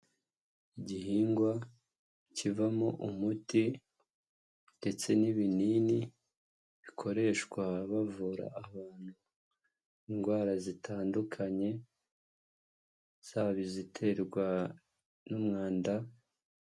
Igihingwa kivamo umuti ndetse n'ibinini bikoreshwa bavura abantu indwara zitandukanye zaba iziterwa n'umwanda.